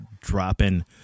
dropping